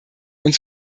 uns